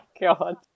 god